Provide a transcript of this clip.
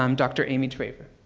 um dr. amy traver.